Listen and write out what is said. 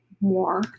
more